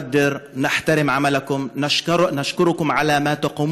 תרגומם: ביום הזה ברצוני לומר לכל העובדים והעובדות